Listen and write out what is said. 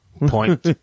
Point